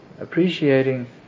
appreciating